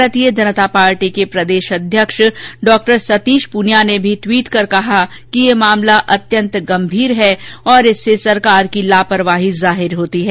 भारतीय जनता पार्टी के प्रदेश अध्यक्ष डॉ सतीश प्रनिया ने भी ट्वीट कर कहा कि यह मामला अत्यंत गंभीर है और इससे सरकार की लापरवाही जाहिर होती है